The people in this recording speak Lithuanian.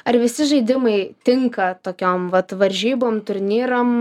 ar visi žaidimai tinka tokiom vat varžybom turnyram